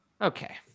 Okay